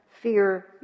fear